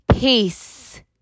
Peace